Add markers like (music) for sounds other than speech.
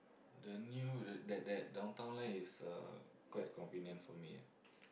the new that that that Downtown Line is uh (noise) quite convenient for me ah